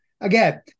again